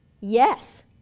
Yes